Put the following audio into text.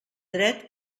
dret